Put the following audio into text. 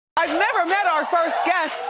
i've never met our first guest,